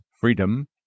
freedom